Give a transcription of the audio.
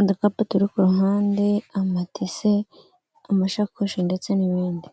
udukapu turi ku ruhande, amatise, amashakoshi ndetse n'ibindi.